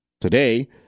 Today